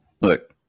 Look